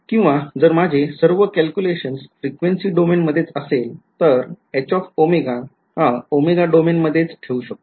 किंवा जर माझे सर्व calculations frequency डोमेन मधेच असले तर ओमेगा डोमेन मधेच ठेवू शकतो